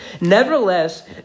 Nevertheless